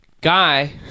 guy